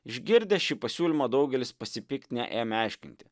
išgirdę šį pasiūlymą daugelis pasipiktinę ėmė aiškinti